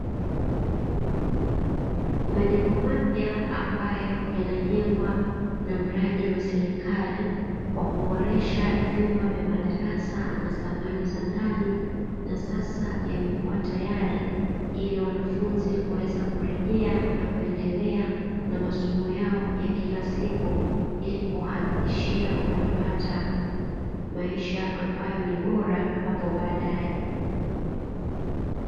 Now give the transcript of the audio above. Majengo mapya ambayo yanajegwa na mradi wa serikali wa kuboresha vyumba vya madarasa na samani za ndani na sasa yamekua tayari ili wanafunzi kuweza kurejea na kuendelea na masomo yao ya kila siku ili kuhakikishia wanapata maisha ambayo ni bora hapo baadae.